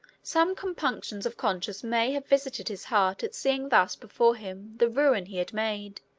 some compunctions of conscience may have visited his heart at seeing thus before him the ruin he had made.